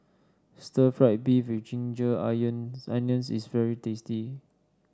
Stir Fried Beef with Ginger Onions is very tasty